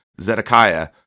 Zedekiah